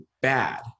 bad